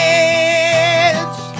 edge